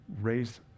raised